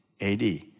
AD